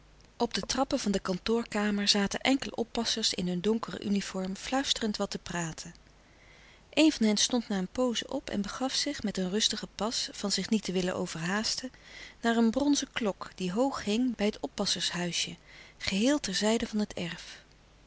op de trappen van de kantoorkamer zaten enkele oppassers in hun donkere uniform fluisterend wat te praten een van hen stond na een pooze op en begaf zich met een ruslouis couperus de stille kracht tigen pas van zich niet te willen overhaasten naar een bronzen klok die hoog hing bij het oppassershuisje geheel ter zijde van het erf